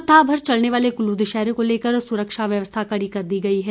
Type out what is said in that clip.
सप्ताह भर चलने वाले कुल्लू दशहरे को लेकर सुरक्षा व्यवस्था कड़ी कर दी गई है